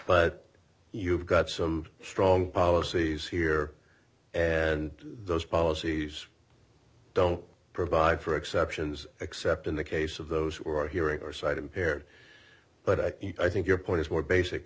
but you've got some strong policies here and those policies don't provide for exceptions except in the case of those who are hearing or sight impaired but i think i think your point is more basic